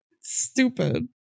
stupid